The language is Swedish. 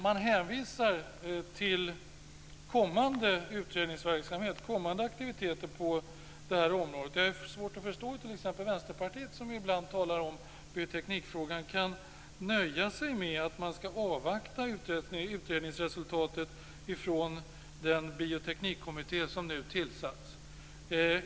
Man hänvisar till kommande utredningsverksamhet, kommande aktiviteter på det här området. Det är svårt att förstå hur t.ex. Vänsterpartiet, som ibland talar om bioteknikfrågan, kan nöja sig med att man skall avvakta utredningsresultatet från den bioteknikkommitté som nu tillsatts.